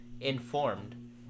informed